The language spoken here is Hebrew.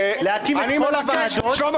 להקים את כל הוועדות רק בשביל --- שלמה